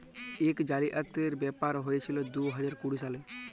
ইক জালিয়াতির ব্যাপার হঁইয়েছিল দু হাজার কুড়ি সালে